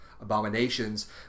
abominations